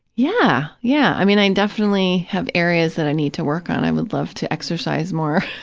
yeah, yeah. i mean, i definitely have areas that i need to work on. i would love to exercise more,